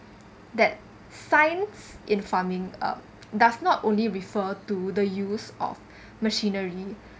that science in farming um does not only refer to the use of machinery